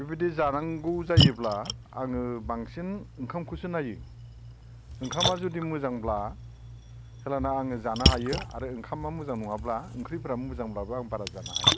बिफोरबायदि जानांगौ जायोब्ला आङो बांसिन ओंखामखौसो नायो ओंखामा जुदि मोजांब्ला हेलाना आं जानो हायो आरो ओंखामा मोजां नङाब्ला ओंख्रिफ्रा मोजांब्लाबो आं बारा जानो हाया